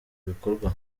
bikorwa